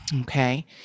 okay